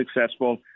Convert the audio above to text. successful